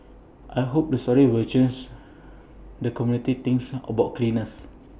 I hope the story will chance the community thinks about cleaners